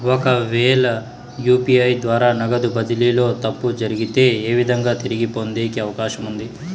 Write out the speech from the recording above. ఒకవేల యు.పి.ఐ ద్వారా నగదు బదిలీలో తప్పు జరిగితే, ఏ విధంగా తిరిగి పొందేకి అవకాశం ఉంది?